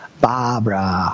Barbara